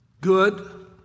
good